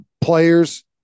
Players